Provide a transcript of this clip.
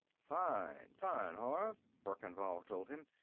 fine, fine, horv, verkan vall told him,